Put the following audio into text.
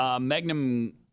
Magnum